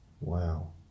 Wow